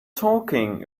talking